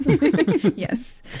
Yes